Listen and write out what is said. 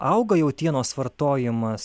auga jautienos vartojimas